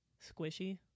squishy